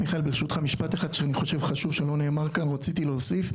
מיכאל ברשותך משפט אחד חשוב שלא נאמר כאן ורציתי להוסיף,